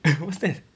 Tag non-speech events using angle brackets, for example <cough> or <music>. <laughs> what's that